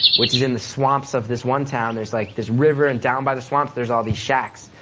which is in the swamps of this one town. there's like this river, and down by the swamp, there's all these shacks.